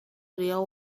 deal